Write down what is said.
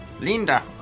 Linda